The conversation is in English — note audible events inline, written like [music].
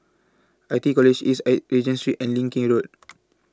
I T E College East An Regent Street and Leng Kee Road [noise]